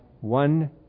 one